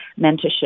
mentorship